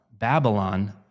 Babylon